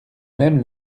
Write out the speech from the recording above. même